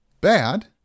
bad